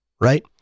right